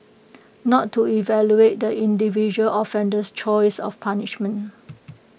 not to evaluate the individual offender's choice of punishment